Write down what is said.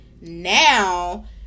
now